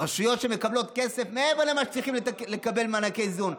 רשויות שמקבלות כסף מעבר למה שצריך לקבל במענקי איזון,